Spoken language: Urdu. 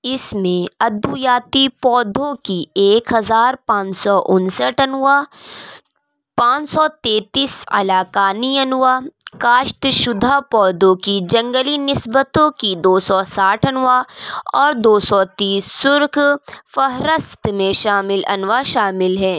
اس میں ادویاتی پودوں کی ایک ہزار پانچ سو انسٹھ انواع پانچ سو تینتس علاقائی انواع کاشت شدہ پودوں کی جنگلی نسبتوں کی دو سو ساٹھ انواع اور دو سو تیس سرخ فہرست میں شامل انواع شامل ہیں